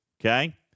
Okay